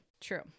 true